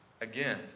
Again